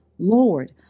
Lord